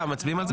מצביעים על זה?